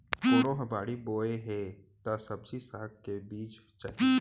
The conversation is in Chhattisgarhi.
कोनो ह बाड़ी बोए हे त सब्जी साग के बीजा चाही